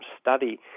study